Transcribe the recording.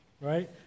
right